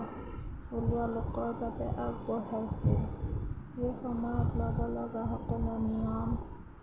থলুৱা লোকৰ বাবে আগবঢ়াইছিল সেই সময়ত ল'ব লগা সকলো নিয়ম